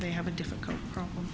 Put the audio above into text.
they have a difficult problem